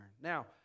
Now